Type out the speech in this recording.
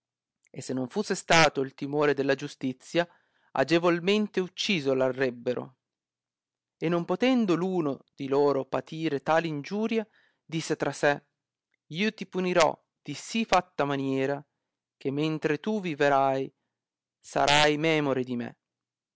e se non fusse stato il timore della giustizia agevolmente ucciso arrebbero e non potendo f uno di loro patire tal ingiuria disse tra sé io ti punirò di sì fatta maniera che mentre tu viverai sarai memore di me